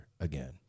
again